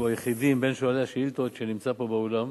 שהוא היחיד מבין שואלי השאילתות שנמצא פה באולם.